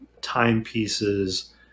timepieces